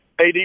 AD